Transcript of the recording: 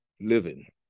living